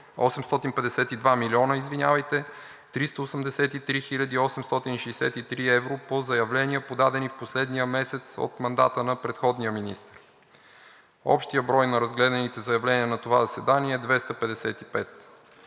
852 млн. 383 хил. 863 евро по заявления, подадени последния месец от мандата на предходния министър. Общият брой на разгледаните заявления на това заседание е 255.